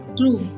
True